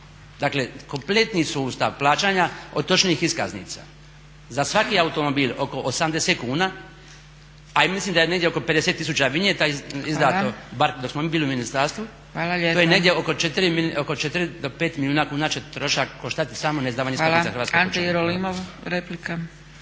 Dakle kompletni sustav plaćanja otočnih iskaznica za svaki automobil oko 80 kuna, a i mislim da je negdje oko 50 tisuća vinjete izdato bar dok smo mi bili u ministarstvu to je negdje oko 4 do 5 milijuna trošak samo na izdavanje … /Govornik se ne